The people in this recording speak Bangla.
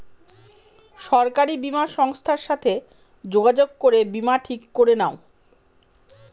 সরকারি বীমা সংস্থার সাথে যোগাযোগ করে বীমা ঠিক করে নাও